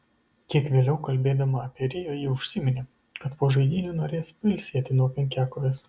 kiek vėliau kalbėdama apie rio ji užsiminė kad po žaidynių norės pailsėti nuo penkiakovės